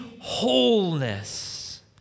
wholeness